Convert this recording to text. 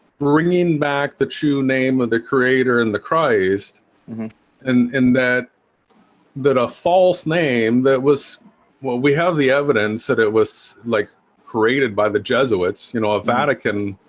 bringing back the true name of the creator and the christ and in that that a false name that was well, we have the evidence that it was like created by the jesuits, you know a vatican